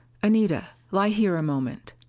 anita, lie here a moment.